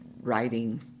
writing